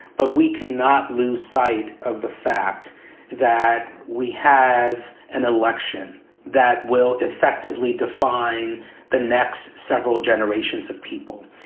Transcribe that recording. but we cannot lose sight of the fact that we have an election that will effectively define the next several generations of people.